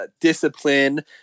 discipline